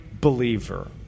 believer